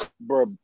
bro